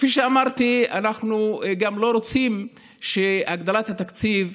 כפי שאמרתי, אנחנו גם לא רוצים שהגדלת התקציב,